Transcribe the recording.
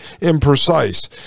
imprecise